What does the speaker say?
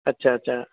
अछा अछा